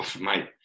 Mate